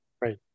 Right